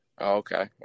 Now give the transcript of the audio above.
okay